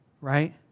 right